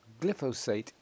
Glyphosate